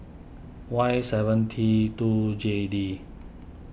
Y seven T two J D